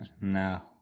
No